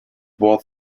bore